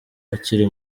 akiri